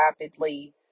rapidly